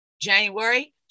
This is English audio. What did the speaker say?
January